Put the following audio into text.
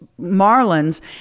Marlins